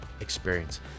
experience